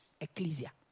Ecclesia